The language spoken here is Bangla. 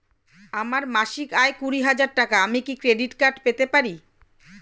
আমার মাসিক আয় কুড়ি হাজার টাকা আমি কি ক্রেডিট কার্ড পেতে পারি?